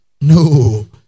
No